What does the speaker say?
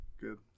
Good